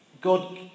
God